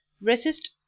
resist